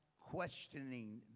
questioning